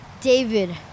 David